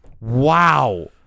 Wow